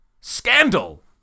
Scandal